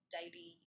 daily